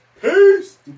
Peace